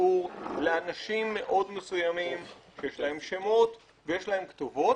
ותפור לאנשים מאוד מסוימים שיש להם שם וכתובת